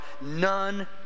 none